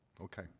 Okay